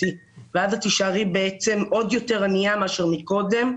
ואז את תישארי עוד יותר ענייה מכפי שהיית קודם.